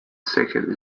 section